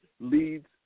leads